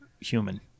human